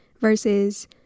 versus